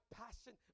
passion